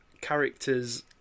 characters